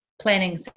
planning